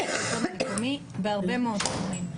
בשלטון המקומי בהרבה מאוד תחומים.